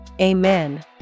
Amen